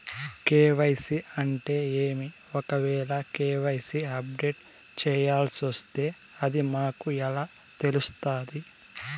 KYC అంటే ఏమి? ఒకవేల కె.వై.సి అప్డేట్ చేయాల్సొస్తే అది మాకు ఎలా తెలుస్తాది?